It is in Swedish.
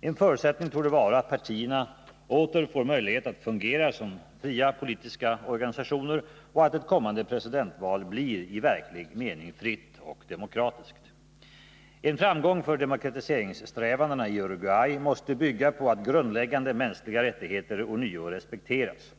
En förutsättning torde vara att partierna åter får möjlighet att fungera som fria politiska organisationer och att ett kommande presidentval blir i verklig mening fritt och demokratiskt. En framgång för demokratiseringssträvandena i Uruguay måste bygga på att grundläggande mänskliga rättigheter ånyo respekteras.